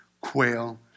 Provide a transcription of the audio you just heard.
quail